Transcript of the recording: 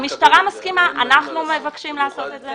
המשטרה מסכימה לזה ואנחנו מבקשים לעשות את זה.